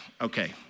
okay